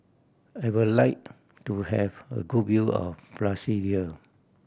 I would like to have a good view of Brasilia